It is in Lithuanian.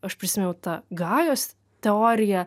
aš prisimenu tą gajos teoriją